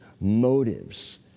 motives